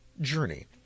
journey